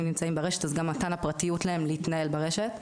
נמצאים ברשת אז גם מתן הפרטיות להם להתנהל ברשת,